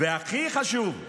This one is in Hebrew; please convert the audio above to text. הכי חשוב,